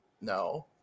No